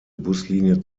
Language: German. buslinie